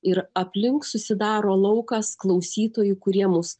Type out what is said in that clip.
ir aplink susidaro laukas klausytojų kurie mus